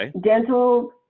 Dental